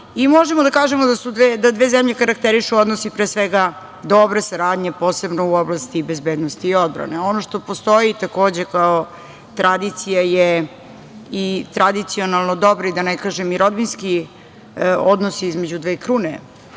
i možemo da kažemo da dve zemlje karakterišu odnose pre svega dobre saradnje, posebno u oblasti bezbednosti i odbrane. Ono što postoji takođe kao tradicija je i tradicionalno dobro i da ne kažem i rodbinski, odnos između dve krune